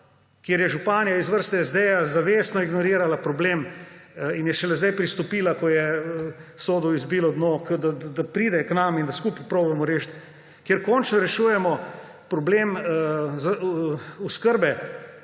kjer je županja iz vrst SD zavestno ignorirala problem in je šele sedaj pristopila, ko je sodu izbilo dno, kot da pride k nam in da skupaj probamo rešiti. Ker končno rešujemo problem oskrbe